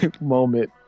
moment